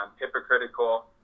hypocritical